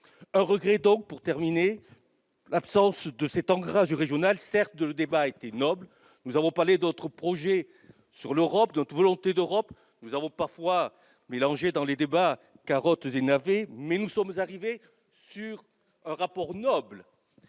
Je regrette, pour conclure, l'absence d'ancrage régional. Certes, le débat fut noble. Nous avons parlé de notre projet sur l'Europe, de notre volonté d'Europe. Nous avons parfois mélangé, dans les débats, carottes et navets, mais nous sommes parvenus à un rapport noble,